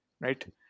right